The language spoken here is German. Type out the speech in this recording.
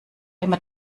immer